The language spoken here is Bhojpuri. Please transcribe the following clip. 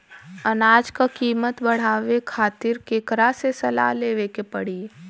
अनाज क कीमत बढ़ावे खातिर केकरा से सलाह लेवे के पड़ी?